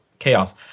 Chaos